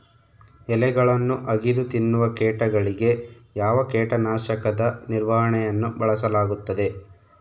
ಎಲೆಗಳನ್ನು ಅಗಿದು ತಿನ್ನುವ ಕೇಟಗಳಿಗೆ ಯಾವ ಕೇಟನಾಶಕದ ನಿರ್ವಹಣೆಯನ್ನು ಬಳಸಲಾಗುತ್ತದೆ?